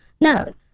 No